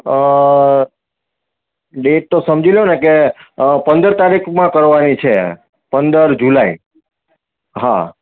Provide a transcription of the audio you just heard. date તો સમજી લોને કે પંદર તારીખમાં કરવાની છે પંદર જુલાઇ હં